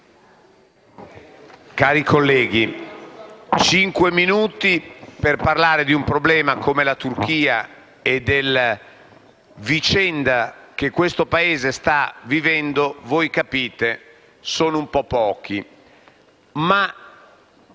Cari colleghi, cinque minuti per parlare di un problema come quello della Turchia e della vicenda che quel Paese sta vivendo - voi capite - sono un po' pochi.